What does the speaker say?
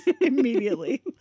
immediately